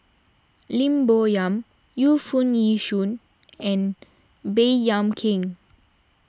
Lim Bo Yam Yu Foo Yee Shoon and Baey Yam Keng